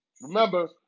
Remember